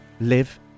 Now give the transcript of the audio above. live